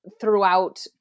throughout